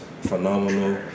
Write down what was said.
phenomenal